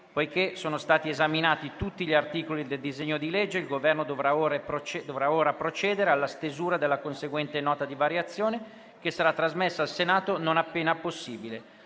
poiché sono stati esaminati tutti gli articoli al disegno di legge, il Governo dovrà ora procedere alla stesura della conseguente Nota di variazioni, che sarà trasmessa al Senato non appena possibile.